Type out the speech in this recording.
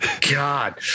God